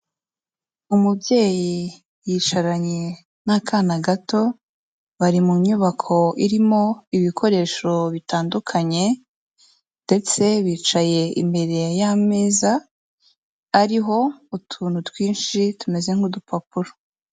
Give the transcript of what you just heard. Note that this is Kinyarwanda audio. Umubyeyi yicaranye n'akana gato, bari mu nyubako irimo ibikoresho bitandukanye ndetse bicaye imbere y'ameza, ariho utuntu twinshi, tumeze nk'udupapuro.